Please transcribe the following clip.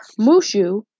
Mushu